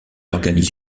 organise